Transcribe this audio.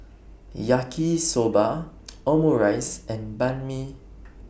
Yaki Soba Omurice and Banh MI